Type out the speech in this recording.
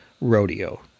rodeo